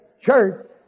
Church